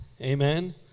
Amen